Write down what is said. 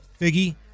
Figgy